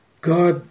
God